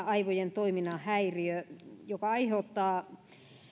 aivojen toiminnan häiriö joka aiheuttaa